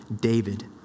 David